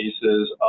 cases